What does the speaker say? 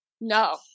No